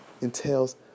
entails